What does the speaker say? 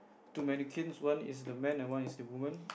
two mannequins one is the man one is the woman